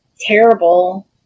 terrible